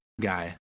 guy